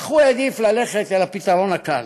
אך הוא העדיף ללכת אל הפתרון הקל